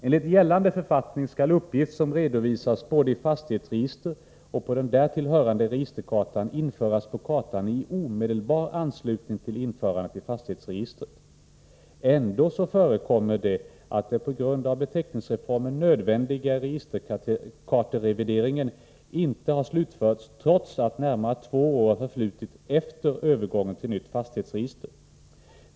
Enligt gällande författning skall uppgift som skall redovisas både i fastighetsregister och på den därtill hörande registerkartan införas på kartan i omedelbar anslutning till införandet i fastighetsregistret. Ändå förekommer det att den på grund av beteckningsreformen nödvändiga registerkarterevideringen inte har slutförts trots att närmare två år har förflutit efter övergången till nytt fastighetsregister.